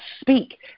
speak